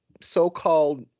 so-called